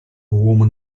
woman